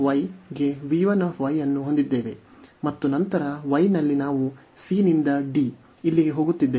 ನಾವು ಈ v 2 ಗೆ v 1 ಅನ್ನು ಹೊಂದಿದ್ದೇವೆ ಮತ್ತು ನಂತರ y ನಲ್ಲಿ ನಾವು c ನಿಂದ d ಗೆ ಇಲ್ಲಿಗೆ ಹೋಗುತ್ತಿದ್ದೇವೆ